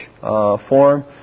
form